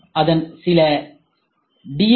M அதன் சில D